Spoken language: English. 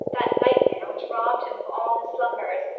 that nightmare which robbed him of all his slumbers,